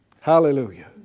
Hallelujah